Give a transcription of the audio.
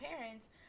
parents